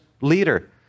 leader